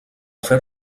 fer